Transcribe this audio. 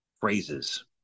phrases